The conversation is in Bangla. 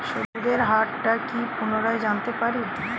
সুদের হার টা কি পুনরায় জানতে পারি?